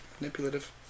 manipulative